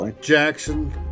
jackson